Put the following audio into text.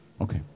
Okay